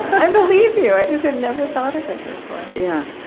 i believe you, i just had never thought of it before yeah.